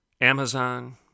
Amazon